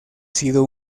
sido